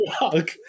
walk